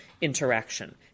interaction